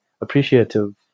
appreciative